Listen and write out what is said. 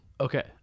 okay